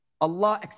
Allah